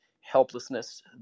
helplessness